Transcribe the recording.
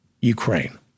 Ukraine